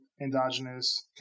endogenous